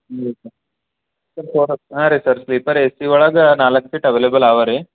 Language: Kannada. ಸರ್ ಫೋರ್ ಓ ಹಾಂ ರೀ ಸರ್ ಸ್ಲೀಪರ್ ಎ ಸಿ ಒಳಗೆ ನಾಲ್ಕು ಸೀಟ್ ಅವೆಲೇಬಲ್ ಇವೆ ರೀ